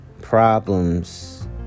problems